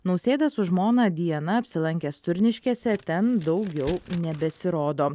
nausėda su žmona diana apsilankęs turniškėse ten daugiau nebesirodo